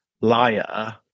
liar